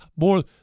More